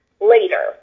later